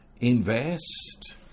invest